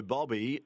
Bobby